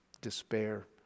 Despair